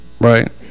right